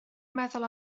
meddwl